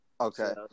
Okay